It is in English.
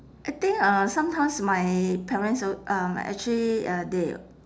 I think uh sometimes my parents al~ um actually uh they